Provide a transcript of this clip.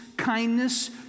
kindness